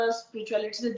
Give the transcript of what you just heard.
spirituality